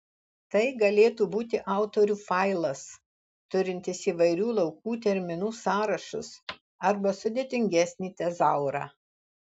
tai galėtų būti autorių failas turintis įvairių laukų terminų sąrašus arba sudėtingesnį tezaurą